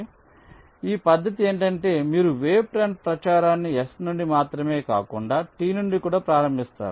కాబట్టి ఈ పద్ధతి ఏమిటంటే మీరు వేవ్ ఫ్రంట్ ప్రచారాన్ని S నుండి మాత్రమే కాకుండా T నుండి కూడా ప్రారంభిస్తారు